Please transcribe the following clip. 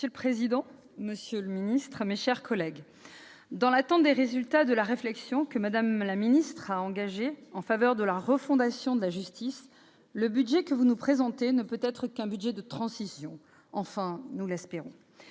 Monsieur le président, monsieur le secrétaire d'État, mes chers collègues, dans l'attente des résultats de la réflexion que Mme la ministre a engagée en faveur de la refondation de la justice, le budget qui nous est présenté ne peut qu'être un budget de transition- enfin, nous l'espérons